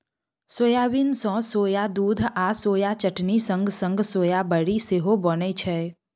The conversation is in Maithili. सोयाबीन सँ सोया दुध आ सोया चटनी संग संग सोया बरी सेहो बनै छै